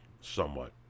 somewhat